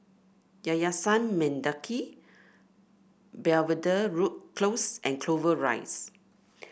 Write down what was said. Yayasan Mendaki Belvedere Road Close and Clover Rise